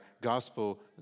gospel